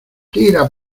tira